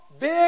big